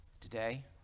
Today